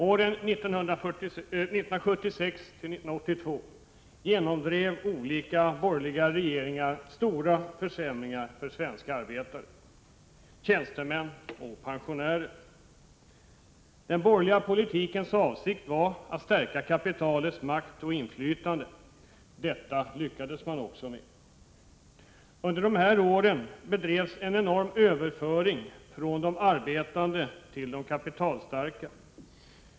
Åren 1976 till 1982 genomdrev olika borgerliga regeringar stora försämringar för svenska arbetare, tjänstemän och pensionärer. Den borgerliga politikens avsikt var att stärka kapitalets makt och inflytande. Detta lyckades man också med. Under dessa år bedrevs en enorm överföring från de arbetande till de kapitalstarka.